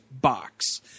Box